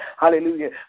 hallelujah